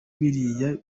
biriya